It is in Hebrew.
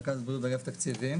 רכז בריאות באגף תקציבים.